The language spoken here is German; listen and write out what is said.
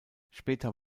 später